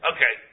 Okay